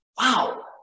wow